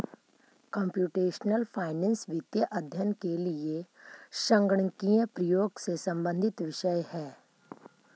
computational finance वित्तीय अध्ययन के लिए संगणकीय प्रयोग से संबंधित विषय है